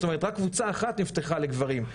זאת אומרת רק קבוצה אחת נפתחה לגברים,